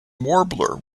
warbler